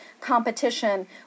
competition